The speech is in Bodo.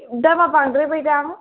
दामा बांद्रायबायदां